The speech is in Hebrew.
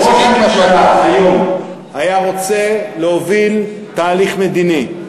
אם ראש הממשלה היה רוצה היום להוביל תהליך מדיני,